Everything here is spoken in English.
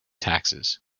taxes